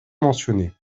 mentionnés